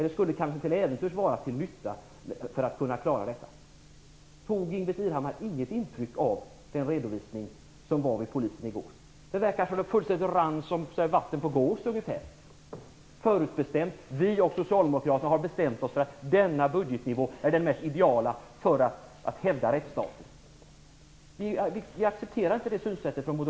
De skulle kanske till äventyrs vara till nytta för att kunna klara detta. Tog Ingbritt Irhammar inget intryck av den redovisning som polisen gav i går? Det verkar som om den rann av som vatten på en gås ungefär. Det är förutbestämt. Ni och Socialdemokraterna har bestämt er för att denna budgetnivå är den mest ideala för att hävda rättsstaten. Vi moderater accepterar inte det synsättet.